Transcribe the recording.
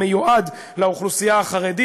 המיועד לאוכלוסייה החרדית,